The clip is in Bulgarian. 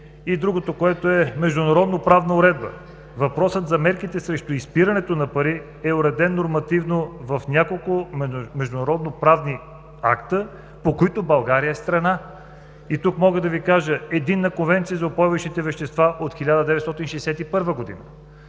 Другото, има международноправна уредба. Въпросът за мерките срещу изпирането на пари е уреден нормативно в няколко международноправни акта, по които България е страна. Мога да Ви кажа: Единна конвенция за упойващите вещества от 1961 г.